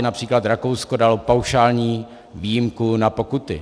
Například Rakousko dalo paušální výjimku na pokuty.